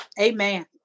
Amen